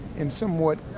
and somewhat,